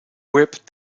whipped